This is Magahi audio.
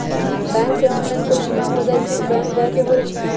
बैंक से ऑनलाइन कोई बिमा हो जाई कि बैंक जाए के होई त?